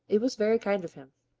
it was very kind of him.